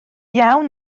iawn